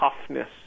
toughness